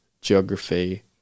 geography